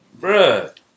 Bruh